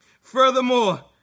Furthermore